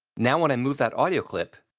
now when i move that audio clip,